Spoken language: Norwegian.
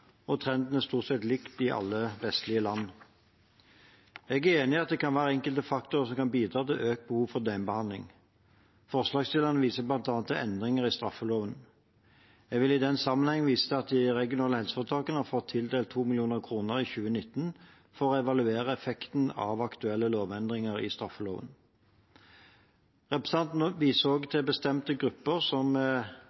og trenden er stort sett lik i alle vestlige land. Jeg er enig i at det kan være enkelte faktorer som kan bidra til økt behov for døgnbehandling. Forslagsstillerne viser bl.a. til endringer i straffeloven. Jeg vil i den sammenheng vise til at de regionale helseforetakene har fått tildelt 2 mill. kr i 2019 for å evaluere effekten av aktuelle lovendringer i straffeloven. Representantene viser også til bestemte grupper, som innsatte med psykiske lidelser og